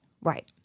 Right